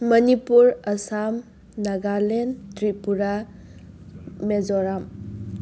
Manipur Assam Nagaland Tripura Mizoram